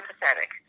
pathetic